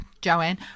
Joanne